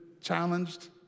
challenged